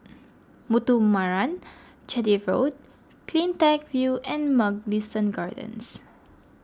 Muthuraman Chetty Road CleanTech View and Mugliston Gardens